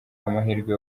amahirwe